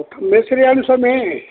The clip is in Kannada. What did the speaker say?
ತಮ್ಮ ಹೆಸ್ರ್ ಏನು ಸ್ವಾಮಿ